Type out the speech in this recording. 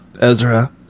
ezra